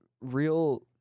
real